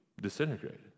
disintegrated